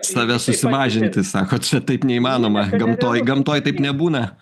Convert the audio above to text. save susimažinti sakot čia taip neįmanoma gamtoj gamtoj taip nebūna